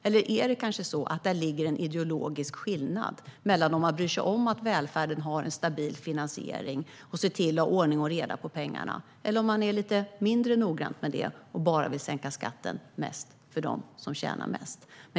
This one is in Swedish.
Eller är det kanske så att det finns en ideologisk skillnad mellan om man bryr sig om att välfärden har en stabil finansiering och ser till att ha ordning och reda på pengarna och om man är lite mindre noggrann med det och bara vill sänka skatten mest för dem som tjänar mest?